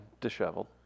disheveled